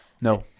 No